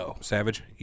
Savage